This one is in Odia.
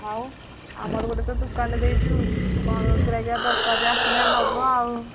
ଆଉ ଆମର ଗୋଟେ ତ ଦୁକାନ ଦେଇଛୁ କଣ୍ ରକା ଦରକାର ଆସିକିନା ନବ ଆଉ